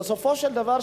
בסופו של דבר,